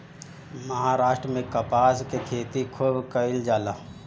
महाराष्ट्र में कपास के खेती खूब कईल जाला